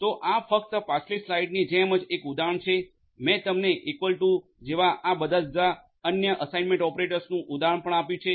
તો આ ફક્ત પાછલી સ્લાઇડ્સની જેમ જ એક ઉદાહરણ છે મેં તમને ઈકવલ ટુ જેવા આ બધા જુદા જુદા અન્ય અસાઈન્મેન્ટ ઓપરેટર્સનું ઉદાહરણ પણ આપ્યું છે